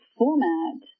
format